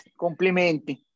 Complimenti